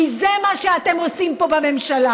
כי זה מה שאתם עושים פה בממשלה,